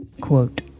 Quote